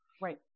Right